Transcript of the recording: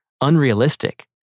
unrealistic